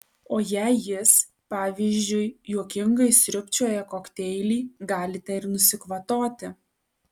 o jei jis pavyzdžiui juokingai sriubčioja kokteilį galite ir nusikvatoti